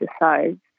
decides